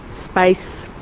space,